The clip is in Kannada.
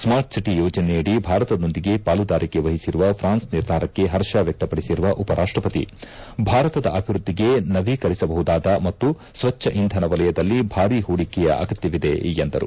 ಸ್ವಾರ್ಟ್ಸಿಟಿ ಯೋಜನೆಯಡಿ ಭಾರತದೊಂದಿಗೆ ಪಾಲುದಾರಿಕೆ ವಹಿಸಿರುವ ಪ್ರಾನ್ಸ್ ನಿರ್ಧಾರಕ್ಷೆ ಹರ್ಷ ವ್ಯಕ್ತಪಡಿಸಿರುವ ಉಪರಾಷ್ಷಪತಿ ಭಾರತದ ಅಭಿವೃದ್ದಿಗೆ ನವೀಕರಿಸುಬಹುದಾದ ಮತ್ತು ಸ್ವಚ್ಚ ಇಂಧನ ವಲಯದಲ್ಲಿ ಭಾರಿ ಹೂಡಿಕೆಯ ಅಗತ್ಯವಿದೆ ಎಂದರು